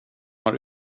har